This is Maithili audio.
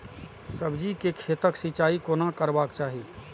सब्जी के खेतक सिंचाई कोना करबाक चाहि?